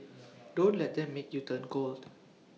don't let them make you turn cold